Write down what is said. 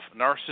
narcissism